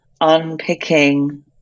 unpicking